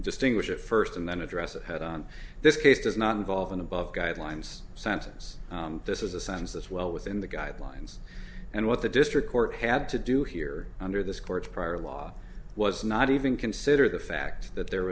distinguish it first and then address it head on this case does not involve an above guidelines sentence this is a sentence that's well within the guidelines and what the district court had to do here under this court's prior law was not even consider the fact that there